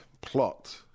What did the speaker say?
plot